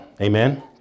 Amen